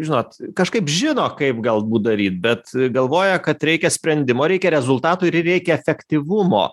žinot kažkaip žino kaip galbūt daryt bet galvoja kad reikia sprendimo reikia rezultatų ir reikia efektyvumo